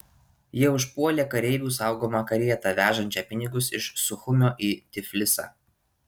jie užpuolė kareivių saugomą karietą vežančią pinigus iš suchumio į tiflisą